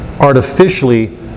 artificially